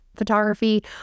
Photography